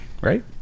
right